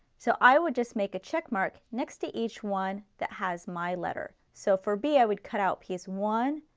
so i would just make a check mark next to each one that has my letter. so for b i would cut out piece one,